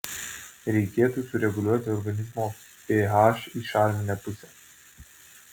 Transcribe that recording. reikėtų sureguliuoti organizmo ph į šarminę pusę